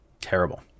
Terrible